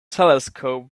telescope